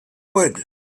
wood